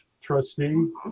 trustee